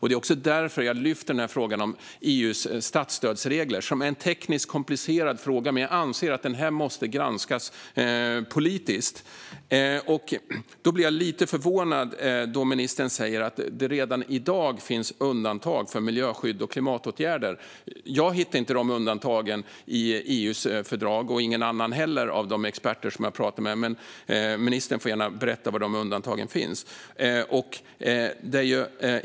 Det är också därför som jag lyfter fram frågan om EU:s statsstödsregler, som är en tekniskt komplicerad fråga. Men jag anser att den måste granskas politiskt. Då blir jag lite förvånad när ministern säger att det redan i dag finns undantag för miljöskydd och klimatåtgärder. Jag hittar inte dessa undantag i EU:s fördrag. Det gör inte heller någon av de experter som jag har talat med. Men ministern får gärna berätta var dessa undantag finns.